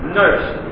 nurse